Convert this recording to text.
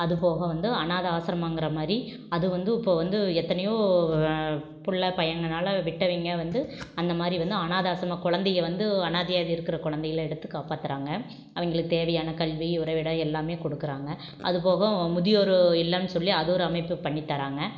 அதுப்போக வந்து அனாதை ஆசிரமங்கிற மாதிரி அது வந்து இப்போ வந்து எத்தனையோ புள்ள பையங்கனால் விட்டவைங்க வந்து அந்த மாதிரி வந்து அனாதை ஆசிரம குழந்தைக வந்து அனாதையாவே இருக்கிற குழந்தைகள எடுத்து காப்பாத்துறாங்க அவங்களுக்கு தேவையான கல்வி உறைவிடம் எல்லாமே கொடுக்குறாங்க அதுப்போக முதியோர் இல்லம் சொல்லி அது ஒரு அமைப்பு பண்ணித் தராங்கள்